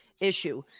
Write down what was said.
issue